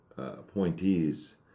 Appointees